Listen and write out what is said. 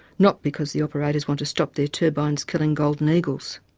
not because the operators want to stop their turbines killing golden eagles.